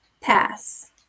pass